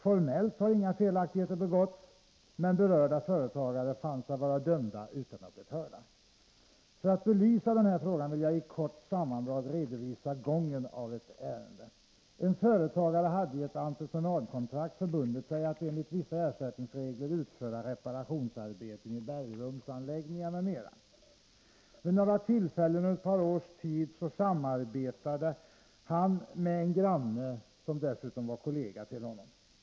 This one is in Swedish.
Formellt har inga felaktigheter begåtts, men berörda företagare finner sig vara dömda utan att ha blivit hörda. För att belysa denna fråga vill jag i ett kort sammandrag redovisa gången av ett ärende. En företagare — vi kan kalla honom företagare A — hade i ett entreprenadkontrakt förbundit sig att enligt vissa ersättningsregler utföra reparationsarbeten i bergrumsanläggningar m.m. Vid några tillfällen under ett par års tid samarbetade han med en granne, som dessutom var kollega till honom.